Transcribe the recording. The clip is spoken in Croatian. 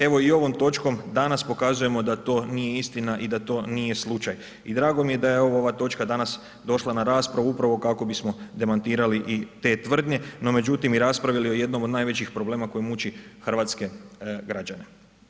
Evo i ovom točkom danas pokazujemo da to nije istina i da to nije slučaj i drago mi je da je ovo, ova točka danas došla na raspravu upravo kako bismo demantirali i te tvrdnje, no međutim, i raspravili o jednom od najvećih problema koji muči hrvatske građane.